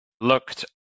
looked